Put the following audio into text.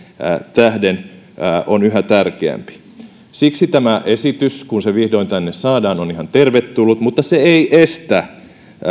tähden on yhä tärkeämpi siksi tämä esitys kun se vihdoin tänne saadaan on ihan tervetullut mutta se ei estä